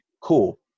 cool